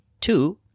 Two